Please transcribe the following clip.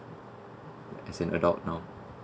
as an adult now